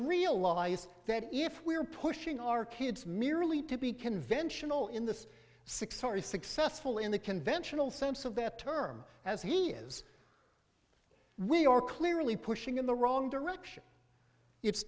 realize that if we're pushing our kids merely to be conventional in the six or is successful in the conventional sense of that term as he is we are clearly pushing in the wrong direction it's